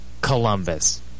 Columbus